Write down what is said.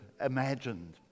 imagined